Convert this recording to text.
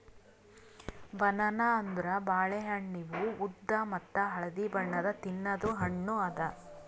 banana ಅಂದುರ್ ಬಾಳೆ ಹಣ್ಣ ಇವು ಉದ್ದ ಮತ್ತ ಹಳದಿ ಬಣ್ಣದ್ ತಿನ್ನದು ಹಣ್ಣು ಅದಾ